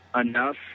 enough